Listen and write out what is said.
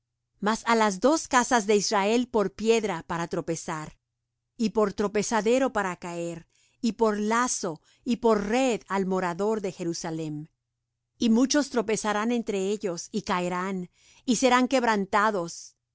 mas á las dos casas de israel por piedra para tropezar y por tropezadero para caer y por lazo y por red al morador de jerusalem y muchos tropezarán entre ellos y caerán y serán quebrantados